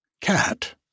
Cat